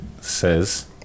says